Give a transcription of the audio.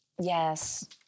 Yes